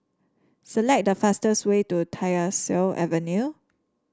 select the fastest way to Tyersall Avenue